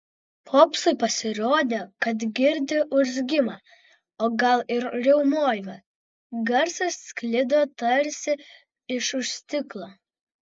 popsui pasirodė kad girdi urzgimą o gal ir riaumojimą garsas sklido tarsi iš už stiklo